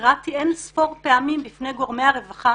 התרעתי אינספור פעמים בפני גורמי הרווחה